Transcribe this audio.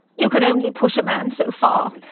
you can only push a man so far.